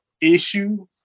issue